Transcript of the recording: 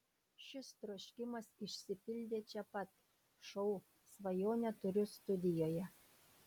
šis troškimas išsipildė čia pat šou svajonę turiu studijoje